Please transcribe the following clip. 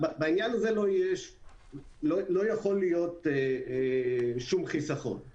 בעניין הזה לא יכול להיות שום חיסכון.